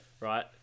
right